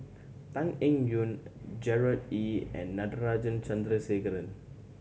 Tan Eng Yoon Gerard Ee and Natarajan Chandrasekaran